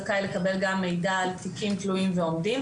זכאי לקבל גם מידע על תיקים תלויים ועומדים.